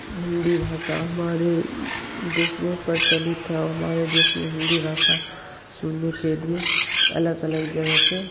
हिंदी भाषा हमारे देश में प्रचलित है और हमारे देश में हिंदी भाषा सुनने के लिए अलग अलग जगह से